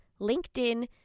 LinkedIn